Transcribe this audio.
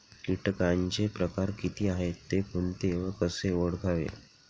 किटकांचे प्रकार किती आहेत, ते कोणते व कसे ओळखावे?